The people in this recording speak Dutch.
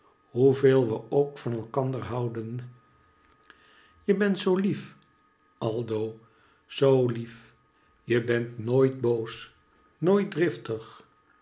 hoeveel we ook van elkanderhouden je bent zoo lief aldo zoo lief je bent nooit boos nooit driftig